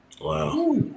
Wow